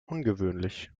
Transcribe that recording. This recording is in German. ungewöhnlich